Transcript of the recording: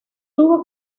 tuvo